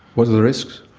what are the risks?